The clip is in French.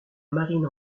marine